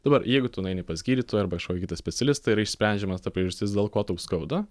dabar jeigu tu nueini pas gydytoją arba kažkokį kitą specialistą yra išsprendžiama ta priežastis dėl ko tau skauda